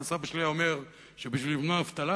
אבל סבא שלי היה אומר שבשביל למנוע אבטלה,